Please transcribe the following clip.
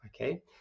Okay